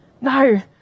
No